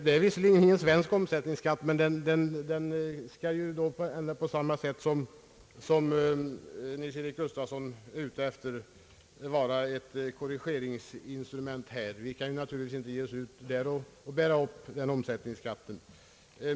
Det är visserligen ingen svensk omsättningsskatt, men den skall ju, på samma sätt som herr Gustafsson efterlyser, vara ett korrigeringsinstrument. Vi kan naturligtvis inte ge oss dit och bära upp den omsättningsskatten.